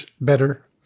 better